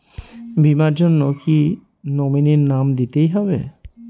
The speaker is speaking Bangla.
বীমার জন্য কি নমিনীর নাম দিতেই হবে?